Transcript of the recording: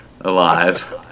alive